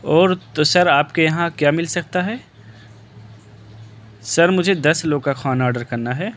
اور تو سر آپ کے یہاں کیا مل سکتا ہے سر مجھے دس لوگ کا کھانا آڈر کرنا ہے